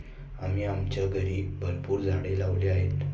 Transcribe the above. आम्ही आमच्या घरी भरपूर झाडं लावली आहेत